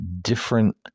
different